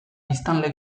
biztanle